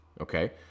okay